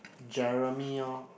Jeremy orh